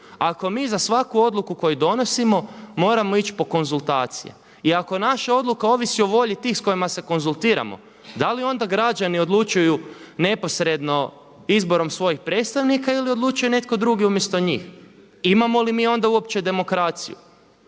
ako mi za svaku odluku koju donosimo moramo ići po konzultacije? I ako naša odluka ovisi o volji tih s kojima se konzultiramo da li onda građani odlučuju neposredno izborom svojih predstavnika ili odlučuje netko drugi umjesto njih? Imamo li mi onda uopće demokraciju?